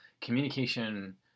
Communication